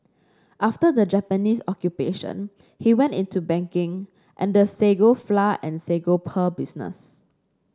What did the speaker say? after the Japanese Occupation he went into banking and the sago flour and sago pearl business